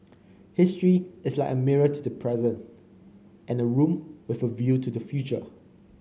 history is like a mirror to the present and a room with a view to the future